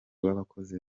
w’abakozi